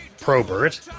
Probert